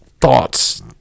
thoughts